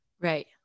Right